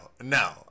no